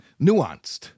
nuanced